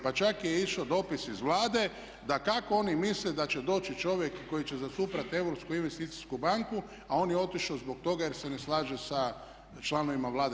Pa čak je išao dopis iz Vlade da kako oni misle da će doći čovjek koji će zastupati Europsku investicijsku banku a on je otišao zbog toga jer se ne slaže sa članovima Vlade.